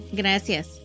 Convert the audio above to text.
Gracias